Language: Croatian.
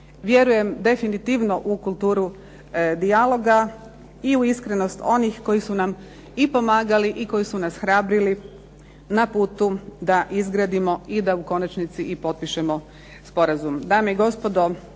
Vjerujem definitivno u kulturu dijaloga i u iskrenost onih koji su nam i pomagali i koji su nas hrabrili na putu da izgradimo i da u konačnici i potpišemo sporazum.